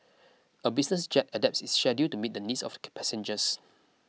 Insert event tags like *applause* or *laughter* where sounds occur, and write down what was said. a business jet adapts its schedule to meet the needs of *unintelligible* passengers